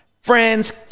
Friends